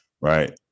Right